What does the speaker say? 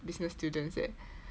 business students eh